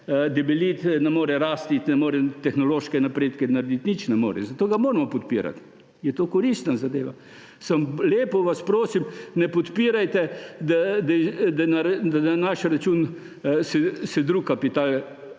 debeliti, ne more rasti, ne more tehnoloških napredkov narediti, nič ne more; zato ga moramo podpirati. Je to koristna zadeva. Lepo vas prosim, ne podpirajte, da na naš račun se drug kapital